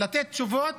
לתת תשובות